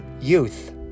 youth